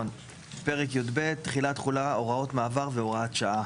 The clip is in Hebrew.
פרק י"ב: תחילה, תחולה, הוראות מעבר והוראות שעה